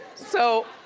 so,